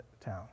town